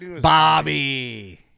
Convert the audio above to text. Bobby